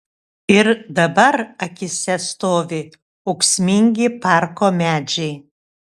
ir dabar akyse stovi ūksmingi parko medžiai